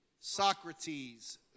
Socrates